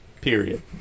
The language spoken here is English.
Period